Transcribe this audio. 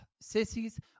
Sissies